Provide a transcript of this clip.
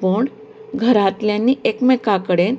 पूण घरांतल्यांनी एकामेकां कडेन